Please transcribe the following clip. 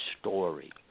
story